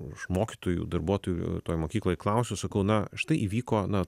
aš mokytojų darbuotojų toj mokykloj klausiu sakau na štai įvyko na